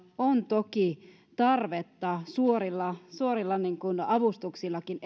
on toki tarvetta suorille suorille avustuksillekin